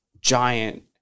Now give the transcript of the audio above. giant